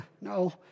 No